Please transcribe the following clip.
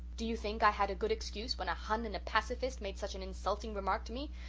do you think i had a good excuse, when a hun and a pacifist made such an insulting remark to me?